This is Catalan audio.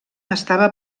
estava